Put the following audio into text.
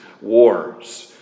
wars